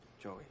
Joey